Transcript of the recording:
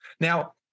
now